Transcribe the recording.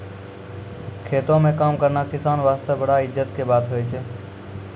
खेतों म काम करना किसान वास्तॅ बड़ा इज्जत के बात होय छै